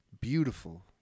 Beautiful